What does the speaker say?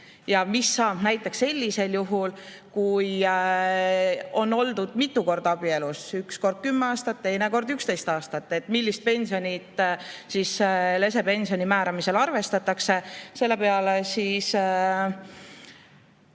ja mis saab näiteks sellisel juhul, kui on oldud mitu korda abielus, üks kord 10 aastat, teine kord 11 aastat, et millist pensioni siis lesepensioni määramisel arvestatakse. Selle peale